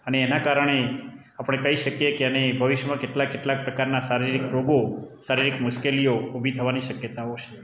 અને એના કારણે આપણે કહી શકીએ કે એને ભવિષ્યમાં કેટલા કેટલાક પ્રકારનાં શારીરિક રોગો શારીરિક મુશ્કેલીઓ ઊભી થવાની શક્યતાઓ છે